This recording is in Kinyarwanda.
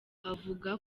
avuga